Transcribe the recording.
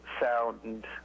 sound